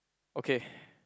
okay